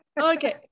okay